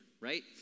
right